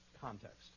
context